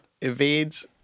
evades